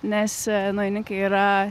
nes naujininkai yra